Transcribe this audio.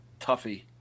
Tuffy